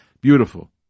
Beautiful